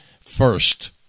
first